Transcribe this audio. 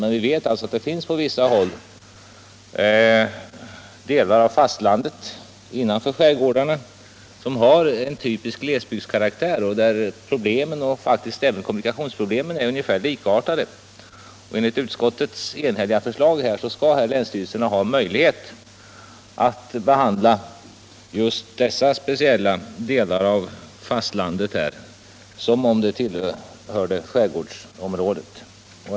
Men vi vet att det på vissa håll innanför skärgårdarna finns delar av fastlandet som har en typisk glesbygdskaraktär och där även kommunikationsproblemen är likartade. Enligt utskottets enhälliga förslag skall länsstyrelserna ha möjlighet att behandla dessa speciella delar av fastlandet som om de tillhörde skärgårdsområdet.